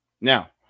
Now